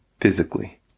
physically